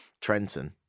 Trenton